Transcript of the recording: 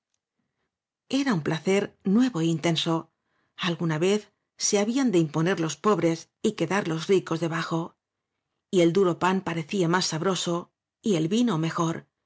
era un placer nuevo é intenso alguna vez se habían de imponer los pobres y quedar los ricos debajo y el duro pan parecía más sabro so el vino mejor